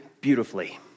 beautifully